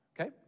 okay